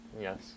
Yes